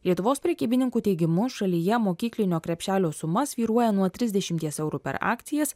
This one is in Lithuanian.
lietuvos prekybininkų teigimu šalyje mokyklinio krepšelio suma svyruoja nuo trisdešimties eurų per akcijas